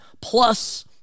Plus